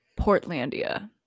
Portlandia